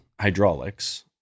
hydraulics